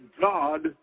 God